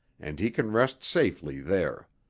and he can rest safely there.